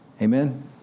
Amen